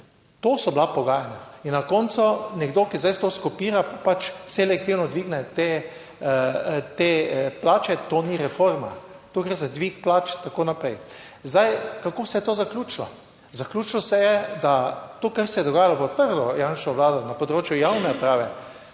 To so bila pogajanja in na koncu nekdo, ki zdaj to skopira, pač selektivno dvigne te plače, to ni reforma, tu gre za dvig plač in tako naprej. Zdaj, kako se je to zaključilo, zaključilo se je, da to, kar se je dogajalo pod prvo Janševo Vlado na področju javne uprave